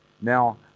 Now